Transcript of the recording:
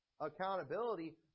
accountability